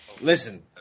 Listen